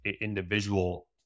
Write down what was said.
individual